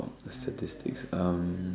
statistics um